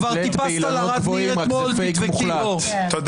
כבר טיפסת על ערד ניר אתמול, תדבקי בו.